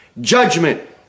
judgment